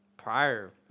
prior